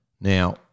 Now